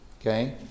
Okay